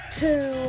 two